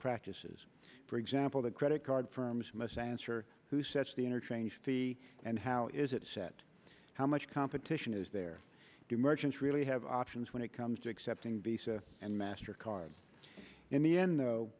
practices for example the credit card firms must answer who sets the interchange fee and how is it set how much competition is there to merchants really have options when it comes to accepting and master cards in the end though